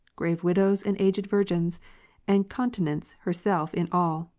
grave m'idows and aged virgins and continence herself in all,